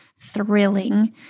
thrilling